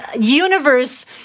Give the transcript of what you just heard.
universe